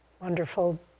wonderful